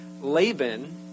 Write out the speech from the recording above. Laban